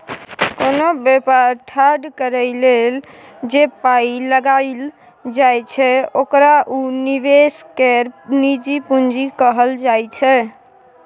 कोनो बेपार ठाढ़ करइ लेल जे पाइ लगाइल जाइ छै ओकरा उ निवेशक केर निजी पूंजी कहल जाइ छै